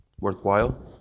worthwhile